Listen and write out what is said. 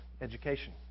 education